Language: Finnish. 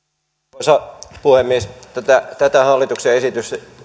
arvoisa puhemies tätä tätä hallituksen